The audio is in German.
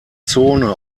zone